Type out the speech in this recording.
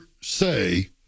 say